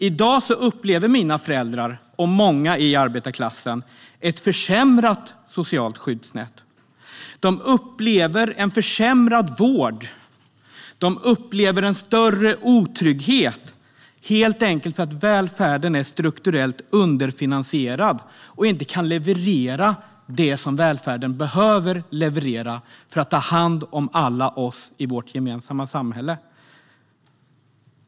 I dag upplever mina föräldrar och många i arbetarklassen ett försämrat socialt skyddsnät. De upplever en försämrad vård och en större otrygghet, och det gör de helt enkelt för att välfärden är strukturellt underfinansierad och inte kan leverera det som välfärden behöver leverera för att ta hand om alla oss i vårt gemensamma samhälle.